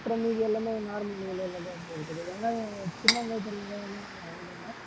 அப்புறம் மீதி எல்லாமே நார்மல் விலையிலதான் இருந்துகிட்டு இருக்கு வெங்காயம் சின்ன வெங்காயம் பெரிய வெங்காயம் எல்லாம் அதிகம்தான்